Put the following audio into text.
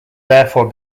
therefore